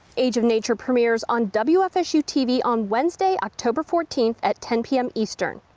age of nature premieres on wfsu-tv on wednesday, october fourteen at ten pm eastern